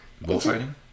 Bullfighting